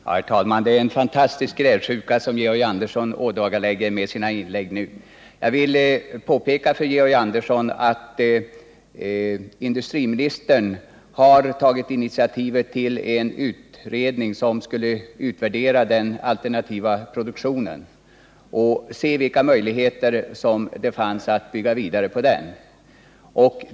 Herr talman! Det är en fantastisk grälsjuka som Georg Andersson ådagalägger med sina inlägg. Jag vill erinra Georg Andersson om att industriministern har tagit initiativet till en utredning som skall utvärdera den alternativa produktionen och undersöka vilka möjligheter som finns att bygga vidare på den.